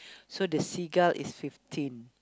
so the seagull is fifteen